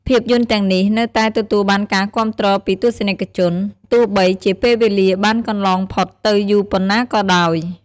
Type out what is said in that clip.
ភាពយន្តទាំងនេះនៅតែទទួលបានការគាំទ្រពីទស្សនិកជន ទោះបីជាពេលវេលាបានកន្លងផុតទៅយូរប៉ុណ្ណោះក៏ដោយ។